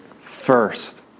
first